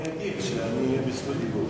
אני אגיב כשאני אהיה ברשות דיבור.